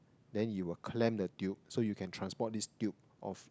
then you will clamp the tube so you can transport this tube of